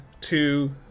two